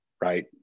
right